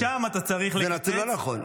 זה נתון לא נכון.